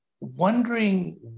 wondering